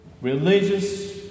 religious